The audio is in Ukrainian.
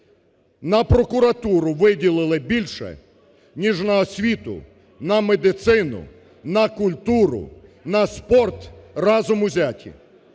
на прокуратуру виділили більше, ніж на освіту, на медицину, на культуру, на спорт разом узяті.